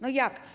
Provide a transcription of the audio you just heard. No jak?